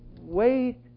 Wait